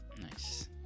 Nice